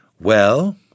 Well